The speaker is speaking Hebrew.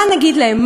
מה נגיד להם?